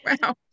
Wow